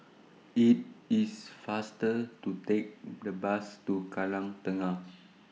IT IS faster to Take The Bus to Kallang Tengah